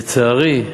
לצערי,